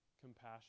compassion